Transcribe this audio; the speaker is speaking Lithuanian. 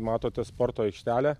matote sporto aikštelę